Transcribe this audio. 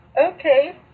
okay